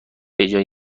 بجای